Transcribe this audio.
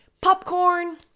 Popcorn